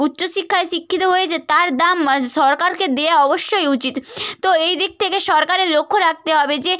উচ্চশিক্ষায় শিক্ষিত হয়েছে তার দাম সরকারকে দেওয়া অবশ্যই উচিত তো এই দিক থেকে সরকারের লক্ষ রাখতে হবে যে